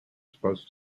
supposed